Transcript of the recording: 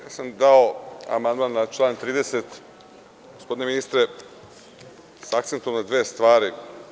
Dao sam amandman na član 30, gospodine ministre, s akcentom na dve stvari.